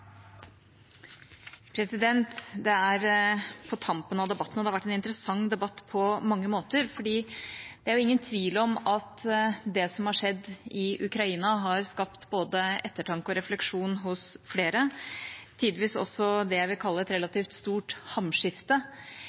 interessant debatt på mange måter, for det er ingen tvil om at det som har skjedd i Ukraina, har skapt både ettertanke og refleksjon hos flere, tidvis også det jeg vil kalle et relativt stort hamskifte.